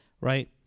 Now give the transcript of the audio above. right